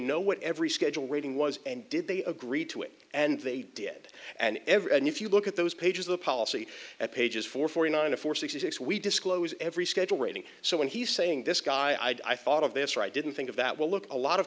know what every schedule rating was and did they agree to it and they did and ever and if you look at those pages the policy at pages four forty nine and four sixty six we disclose every schedule rating so when he's saying this guy i thought of this right didn't think of that will look a lot of